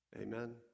Amen